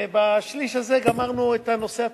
ובשליש הזה גמרנו את הנושא התקציבי,